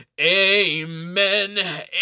amen